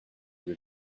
lieu